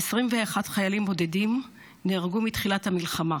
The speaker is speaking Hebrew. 21 חיילים בודדים נהרגו מתחילת המלחמה.